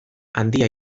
handia